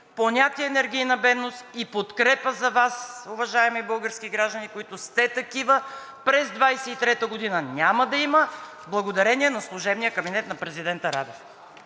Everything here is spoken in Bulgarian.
понятие енергийна бедност и подкрепа за Вас, уважаеми български граждани, които сте такива, през 2023 г. няма да има благодарение на служебния кабинет на президента Радев.